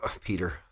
Peter